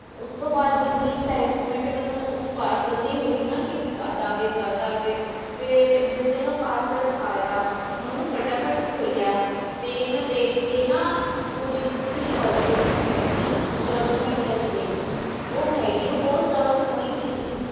ਉਸ ਤੋਂ ਬਾਅਦ ਜਿੰਨੀ ਇਕਸਾਇਟਮੈਂਟ ਮੈਨੂੰ ਉਸ ਪਾਰਸਲ ਦੀ ਹੋਈ ਨਾ ਕਿ ਵੀ ਕਦ ਆਵੇ ਕਦ ਆਵੇ ਫਿਰ ਜਿਸ ਦਿਨ ਉਹ ਪਾਰਸਲ ਆਇਆ ਮੈਂ ਉਹਨੂੰ ਫਟਾਫਟ ਖੋਲ੍ਹਿਆ ਅਤੇ ਮੈਂ ਦੇਖ ਕੇ ਨਾ ਪੂਰੀ ਦੀ ਪੂਰੀ ਸ਼ੌਕ ਦੇ ਵਿੱਚ ਰਹਿ ਗਈ ਜਦ ਉਹ ਮੈਂ ਡਰੈਸ ਦੇਖੀ ਉਹ ਹੈਗੀ ਓ ਬਹੁਤ ਜ਼ਿਆਦਾ ਸੋਹਣੀ ਸੀਗੀ